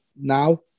now